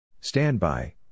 standby